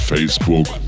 Facebook